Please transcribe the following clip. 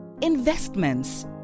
investments